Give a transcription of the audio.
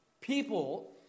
people